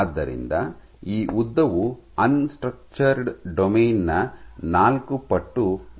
ಆದ್ದರಿಂದ ಈ ಉದ್ದವು ಅನ್ ಸ್ಟ್ರಕ್ಚರ್ಡ್ ಡೊಮೇನ್ ನ ನಾಲ್ಕು ಪಟ್ಟು ಉದ್ದಕ್ಕೆ ಅನುರೂಪವಾಗಿದೆ